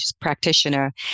practitioner